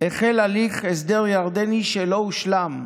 החל הליך הסדר ירדני שלא הושלם,